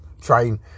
train